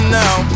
now